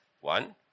one